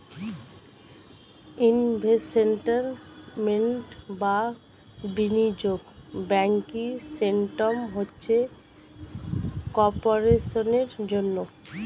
investment বা বিনিয়োগ banking system হচ্ছে কর্পোরেশনের জন্যে